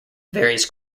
varies